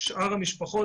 שאר המשפחות,